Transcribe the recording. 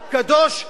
קדוש,